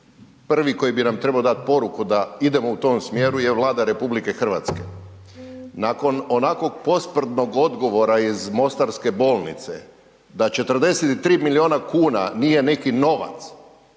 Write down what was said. prvi koji bi na trebao dati poruku da idemo u tom smjeru je Vlada RH. Nakon onako posprdnog odgovora iz Mostarske bolnice da 43 milijuna kuna nije neki novac